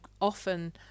often